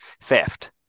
theft